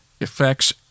effects